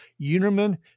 Unerman